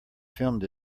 filmed